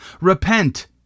Repent